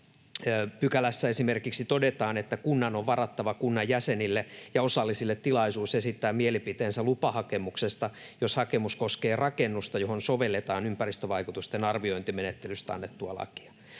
Pykälässä todetaan esimerkiksi, että kunnan on varattava kunnan jäsenille ja osallisille tilaisuus esittää mielipiteensä lupahakemuksesta, jos hakemus koskee rakennusta, johon sovelletaan ympäristövaikutusten arviointimenettelystä annettua lakia.